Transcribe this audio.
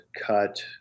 cut